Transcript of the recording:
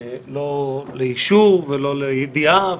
לא לאישור ולא לידיעה.